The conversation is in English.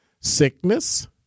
sickness